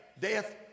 Death